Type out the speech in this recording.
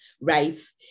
rights